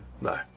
no